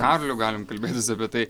karoliu galim kalbėtis apie tai